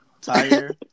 tire